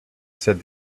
said